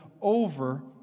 over